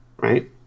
right